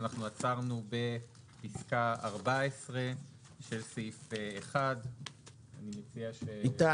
עצרנו בפסקה 14 של סעיף 1. אני מציע ש --- איתי,